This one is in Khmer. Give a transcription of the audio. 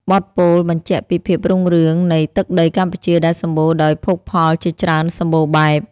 បទពោលបញ្ជាក់ពីភាពរុងរឿងនៃទឹកដីកម្ពុជាដែលសម្បូរដោយភោគផលជាច្រើនសម្បូរបែប។